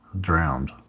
Drowned